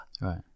Right